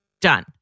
Done